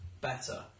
better